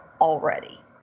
already